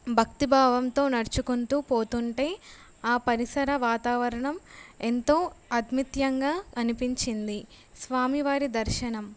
భక్తిభావంతో నడుచుకుంటూ పోతుంటే ఆ పరిసర వాతావరణం ఎంతో అద్మత్యంగా అనిపించింది స్వామివారి దర్శనం